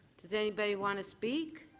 does anybody want to speak?